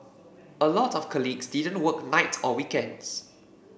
a lot of colleagues didn't work nights or weekends